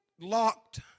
locked